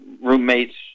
roommates